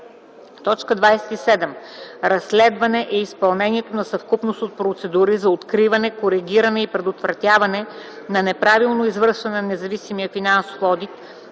27. „Разследване” е изпълнението на съвкупност от процедури за откриване, коригиране и предотвратяване на неправилно извършване на независимия финансов одит,